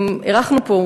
אירחנו פה,